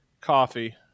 coffee